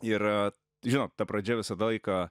ir žinot ta pradžia visą tą laiką